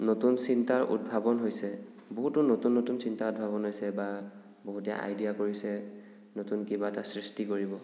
নতুন চিন্তাৰ উদ্ভাৱন হৈছে বহুতো নতুন নতুন চিন্তাৰ উদ্ভাৱন হৈছে বা বহুতে আইডিয়া কৰিছে নতুন কিবা এটা সৃষ্টি কৰিব